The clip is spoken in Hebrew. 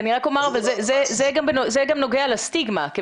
זה גם נוגע לסטיגמה.